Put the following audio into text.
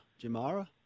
Jamara